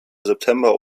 september